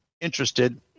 interested